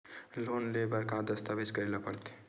Loan ले बर का का दस्तावेज करेला पड़थे?